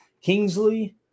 Kingsley